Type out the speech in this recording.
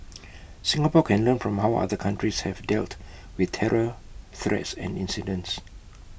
Singapore can learn from how other countries have dealt with terror threats and incidents